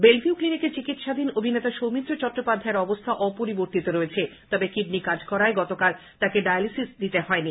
Belle Vue ক্লিনিকে চিকিৎসাধীন অভিনেতা সৌমিত্র চট্টোপাধ্যায়ের অবস্থা অপরিবর্তিত রয়েছে তবে কিডনী কাজ করায় গতকাল তাঁকে ডায়ালিসিস দিতে হয়নি